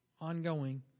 ongoing